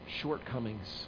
shortcomings